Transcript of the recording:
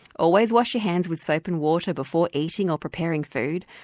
always wash your hands with soap and water before eating or preparing food,